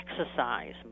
exercise